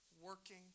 working